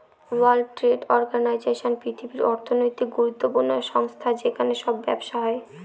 world trade organization পৃথিবীর অর্থনৈতিক গুরুত্বপূর্ণ সংস্থা যেখানে সব ব্যবসা হয়